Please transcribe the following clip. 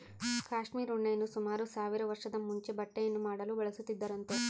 cashmere ಉಣ್ಣೆಯನ್ನು ಸುಮಾರು ಸಾವಿರ ವರ್ಷದ ಮುಂಚೆ ಬಟ್ಟೆಯನ್ನು ಮಾಡಲು ಬಳಸುತ್ತಿದ್ದರಂತೆ